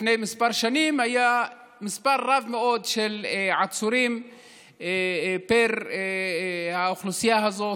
לפני כמה שנים היה מספר רב מאוד של עצורים פר האוכלוסייה הזאת,